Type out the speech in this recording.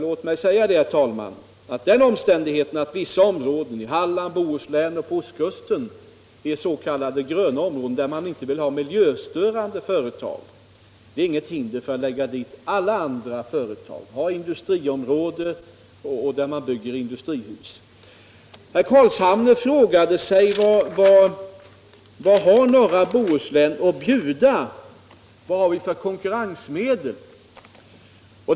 Låt mig säga, herr talman, att den omständigheten att vissa områden i Halland, Bohuslän och på ostkusten är s.k. gröna områden, där man inte vill ha miljöstörande företag, inte är något hinder för att till dessa landztap förlägga t.ex. industriområden. Herr Carlshamre undrade vilka konkurrensmedel norra Bohuslän har att erbjuda.